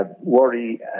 worry